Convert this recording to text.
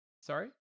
sorry